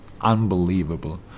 unbelievable